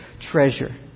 treasure